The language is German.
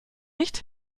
nicht